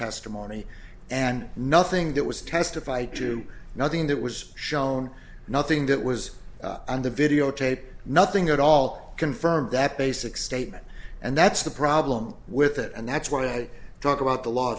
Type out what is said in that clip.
testimony and nothing that was testify to nothing that was shown nothing that was on the videotape nothing at all confirm that basic statement and that's the problem with it and that's why i talk about the law